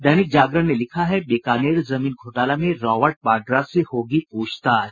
दैनिक जागरण ने लिखा है बीकानेर जमीन घोटाला में रॉवर्ट वाड्रा से होगी प्रछताछ